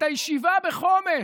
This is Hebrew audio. את הישיבה בחומש,